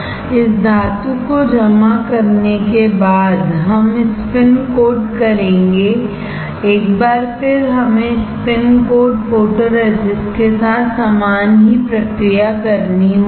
इस धातु को जमा करने के बाद हम स्पिन कोट करेंगे एक बार फिर हमें स्पिन कोट फोटोरेसिस्ट के साथ समान ही प्रक्रिया करनी होगी